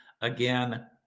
Again